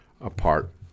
apart